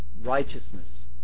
righteousness